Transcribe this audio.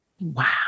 Wow